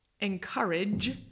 encourage